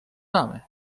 damy